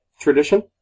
Tradition